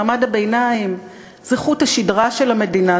מעמד הביניים הוא עמוד השדרה של המדינה,